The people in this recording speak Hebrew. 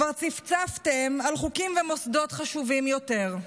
כבר צפצפתם על חוקים ומוסדות חשובים יותר.